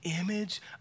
image